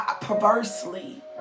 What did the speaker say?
perversely